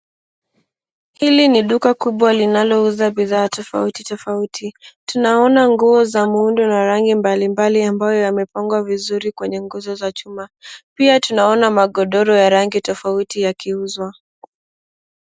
Hili ni duka kubwa linalouza bidhaa tofauti tofauti. Tunaona nguo za muundo na rangi mbali mbali ambayo yamepangwa vizuri kwenye nguzo za chuma. Pia tunaona magodoro ya rangi tofauti yakiuzwa.